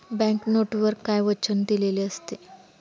Bank नोटवर काय वचन दिलेले असते?